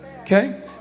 Okay